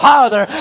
Father